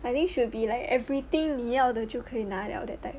I think should be like everything 你要的就可以拿了 that type